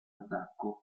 attacco